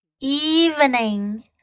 evening